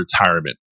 retirement